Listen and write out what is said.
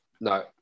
No